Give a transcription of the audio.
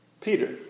Peter